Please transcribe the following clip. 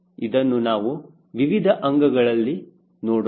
ಇದನ್ನು ನಾವು ವಿವಿಧ ಅಂಗಗಳಲ್ಲಿ ನೋಡೋಣ